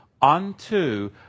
unto